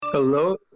Hello